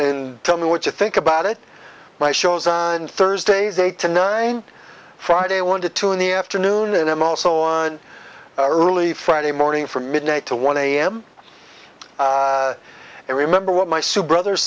in tell me what you think about it my shows on thursdays eight to nine friday one to two in the afternoon and i'm also on early friday morning from midnight to one am i remember what my sue brothers